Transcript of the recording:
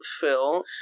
Phil